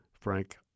Frank